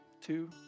two